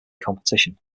competition